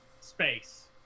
space